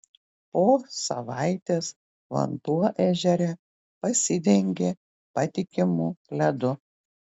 po savaitės vanduo ežere pasidengė patikimu ledu